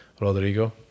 Rodrigo